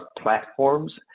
platforms